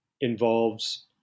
involves